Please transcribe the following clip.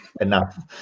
enough